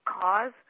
cause